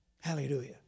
Hallelujah